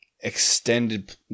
Extended